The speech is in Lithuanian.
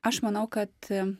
aš manau kad